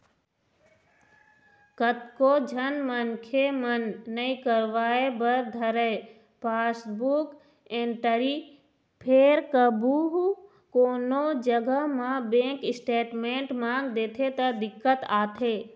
कतको झन मनखे मन नइ करवाय बर धरय पासबुक एंटरी फेर कभू कोनो जघा म बेंक स्टेटमेंट मांग देथे त दिक्कत आथे